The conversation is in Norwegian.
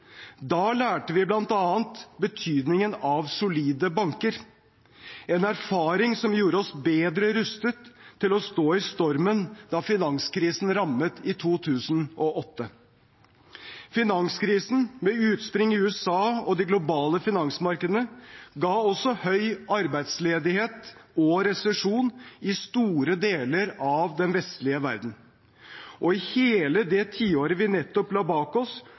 Da lærte vi bl.a. betydningen av solide banker, en erfaring som gjorde oss bedre rustet til å stå i stormen da finanskrisen rammet i 2008. Finanskrisen, med utspring i USA og de globale finansmarkedene, ga også høy arbeidsledighet og resesjon i store deler av den vestlige verden. Og i hele det tiåret vi nettopp la bak oss,